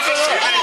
מה קרה?